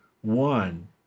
one